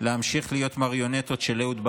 להמשיך להיות מריונטות של אהוד ברק,